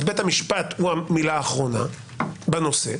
בית המשפט הוא המילה האחרונה בנושא,